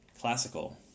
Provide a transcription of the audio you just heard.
classical